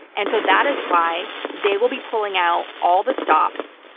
and so that is why they will be pulling out all the stops,